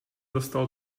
dostal